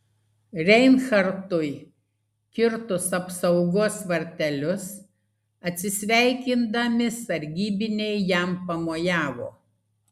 reinhartui kirtus apsaugos vartelius atsisveikindami sargybiniai jam pamojavo